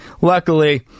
Luckily